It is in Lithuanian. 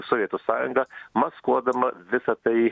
sovietų sąjunga maskuodama visa tai